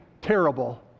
terrible